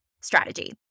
strategy